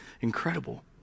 incredible